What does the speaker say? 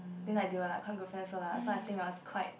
then like they were like quite good friends so lah so I think was quite